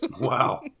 wow